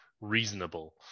reasonable